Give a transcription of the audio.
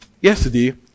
yesterday